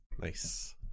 Nice